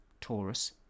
Taurus